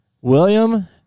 William